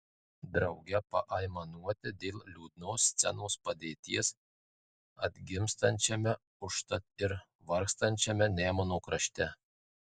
drauge paaimanuoti dėl liūdnos scenos padėties atgimstančiame užtat ir vargstančiame nemuno krašte